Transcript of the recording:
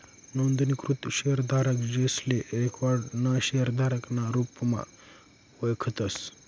नोंदणीकृत शेयरधारक, जेसले रिकाॅर्ड ना शेयरधारक ना रुपमा वयखतस